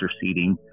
seating